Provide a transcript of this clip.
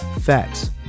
facts